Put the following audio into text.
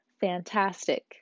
fantastic